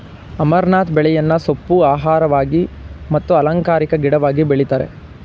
amaranth ಬೆಳೆಯನ್ನು ಸೊಪ್ಪು, ಆಹಾರವಾಗಿ ಮತ್ತು ಅಲಂಕಾರಿಕ ಗಿಡವಾಗಿ ಬೆಳಿತರೆ